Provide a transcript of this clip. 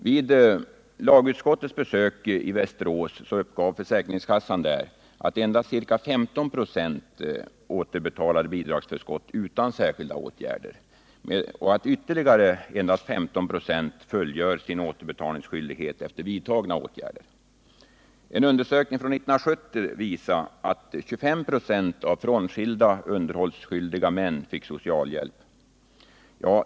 Vid lagutskottets besök i Västerås uppgav försäkringskassan där att endast ca 15 96 återbetalade bidragsförskott utan särskilda åtgärder och att ytterligare endast 15 96 fullgör sin återbetalningsskyldighet efter vidtagna åtgärder. En undersökning från 1970 visar att 25 96 av de frånskilda underhållsskyldiga männen fick socialhjälp.